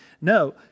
No